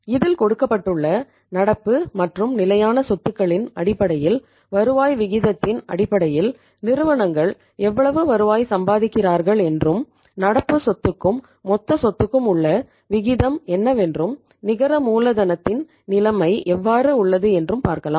இதில் கொடுக்கப்பட்டுள்ள நடப்பு மற்றும் நிலையான சொத்துக்களின் அடிப்படையில் வருவாய் விகிதத்தின் அடிப்படையில் நிறுவனங்கள் எவ்வளவு வருவாய் சம்பாதிக்கிறார்கள் என்றும் நடப்பு சொத்துக்கும் மொத்த சொத்துக்கும் உள்ள விகிதம் என்னவென்றும் நிகர மூலதனத்தின் நிலைமை எவ்வாறு உள்ளது என்றும் பார்க்கலாம்